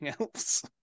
else